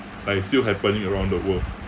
like still happening around the world